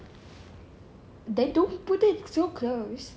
then don't put it so close